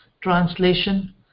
Translation